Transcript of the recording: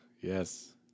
Yes